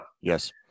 Yes